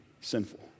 sinful